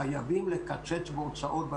זה הגיע גם למנכ"ל האוצר, לשי.